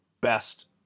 best